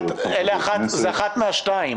זה אחת מהשתיים.